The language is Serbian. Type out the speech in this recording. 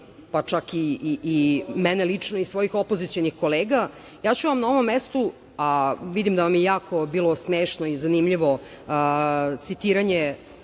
pa čak i mene lično i svojih opozicionih kolega, ja ću vam na ovom mestu, a vidim da vam je jako bilo smešno i zanimljivo citiranje